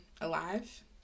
alive